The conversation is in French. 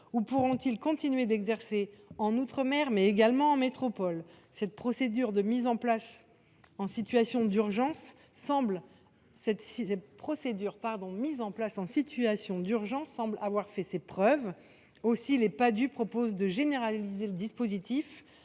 ou pourront ils continuer d’exercer, en outre mer, mais également en métropole ? Cette procédure mise en place en situation d’urgence semble avoir fait ses preuves ; aussi les Padhue proposent ils de généraliser le dispositif